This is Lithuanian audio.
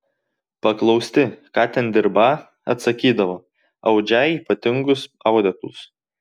paklausti ką ten dirbą atsakydavo audžią ypatingus audeklus